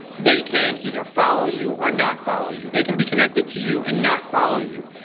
they can either follow you or not follow you. they can be connected to you and not follow you,